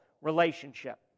relationship